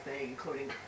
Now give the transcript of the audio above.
including